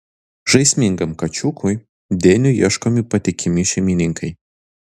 žaismingam kačiukui deniui ieškomi patikimi šeimininkai